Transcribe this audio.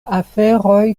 aferoj